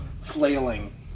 flailing